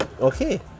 Okay